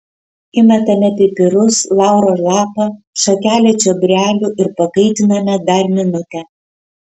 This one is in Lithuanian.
įmetame pipirus lauro lapą šakelę čiobrelių ir pakaitiname dar minutę